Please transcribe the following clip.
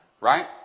right